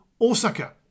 Osaka